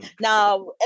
Now